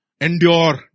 Endure